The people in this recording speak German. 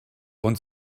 und